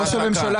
שר המשפטים